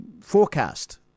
forecast